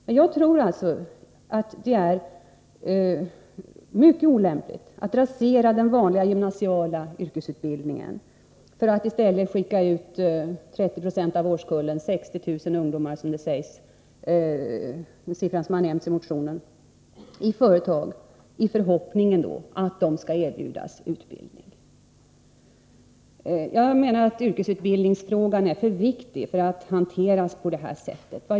Men jag tror att det är mycket olämpligt att rasera den vanliga gymnasial& yrkesutbildningen för att i stället skicka ut 30 26 av årskullen — 60000 ungdomar har nämnts — i företagen i förhoppningen att de skall erbjudas utbildning. Jag menar att frågan om yrkesutbildning är för viktig för att hanteras på det här sättet.